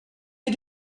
you